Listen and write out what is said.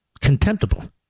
Contemptible